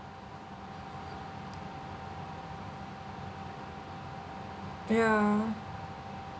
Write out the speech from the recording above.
ya